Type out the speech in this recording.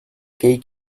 gay